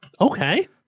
okay